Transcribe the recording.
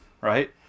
right